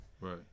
Right